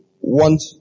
want